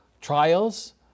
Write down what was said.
trials